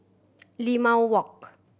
Limau Walk